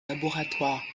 laboratoires